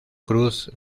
cruz